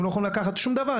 הם לא יכולים לקחת שום דבר.